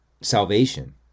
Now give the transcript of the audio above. salvation